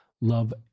love